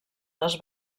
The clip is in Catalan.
les